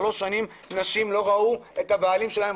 שלוש שנים נשים לא ראו את הבעלים שלהן,